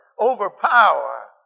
overpower